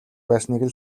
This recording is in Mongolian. байсныг